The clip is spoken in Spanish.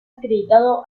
acreditado